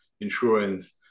insurance